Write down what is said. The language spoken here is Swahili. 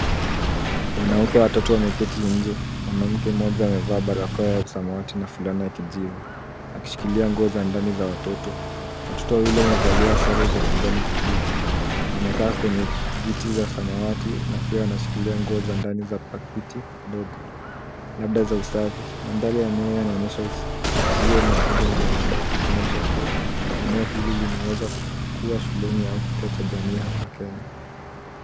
Wanawake watatu wameketi nje. Mwanamke mmoja amevaa barakoa ya samawati na fulana ya kijivu akishikilia nguo za ndani za watoto. Watoto wawili wamevalia sare za kijani kibichi. Wamekaa kwenye viti za samawati na pia wanashikilia nguo za ndani za pakiti ndogo labda za usafi. Mandhari ya nyuma yanaonyesha uzio na jengo la mabati, ikionyesha kuwa eneo hili linaweza kuwa shuleni au kituo cha jamii hapa Kenya.